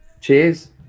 cheers